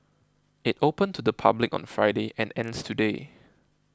it opened to the public on Friday and ends today